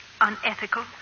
unethical